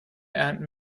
ernten